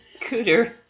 Cooter